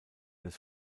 des